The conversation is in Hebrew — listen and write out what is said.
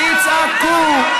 תצעקו.